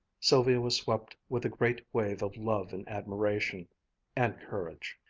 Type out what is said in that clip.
sylvia was swept with a great wave of love and admiration and courage.